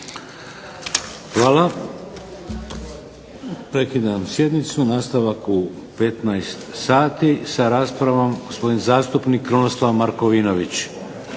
Hvala. Prekidam sjednicu, nastavak u 15 sati sa raspravom gospodin zastupnik Krunoslav Markovinović.